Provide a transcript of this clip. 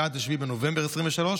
ועד 7 בנובמבר 2023,